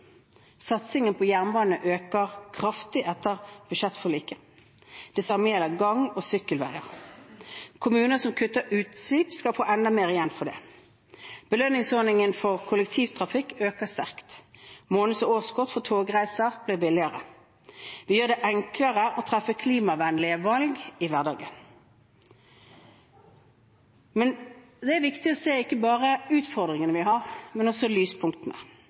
Satsingen på jernbane øker kraftig etter budsjettforliket. Det samme gjelder for gang- og sykkelveier. Kommuner som kutter utslipp, skal få enda mer igjen for det. Belønningsordningen for kollektivtrafikk øker sterkt, og måneds- og årskort for togreiser blir billigere. Vi gjør det enklere å treffe klimavennlige valg i hverdagen. Men det er viktig ikke bare å se utfordringene som vi har, men også lyspunktene.